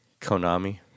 Konami